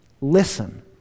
Listen